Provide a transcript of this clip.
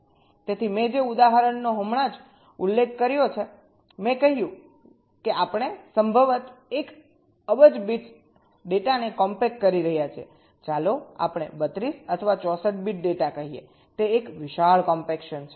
તેથી મેં જે ઉદાહરણનો હમણાં જ ઉલ્લેખ કર્યો છે મેં કહ્યું કે અમે સંભવત 1 અબજ બિટ્સ ડેટાને કોમ્પેક્ટ કરી રહ્યા છીએ ચાલો આપણે 32 અથવા 64 બિટ ડેટા કહીએ તે એક વિશાળ કોમ્પેક્શન છે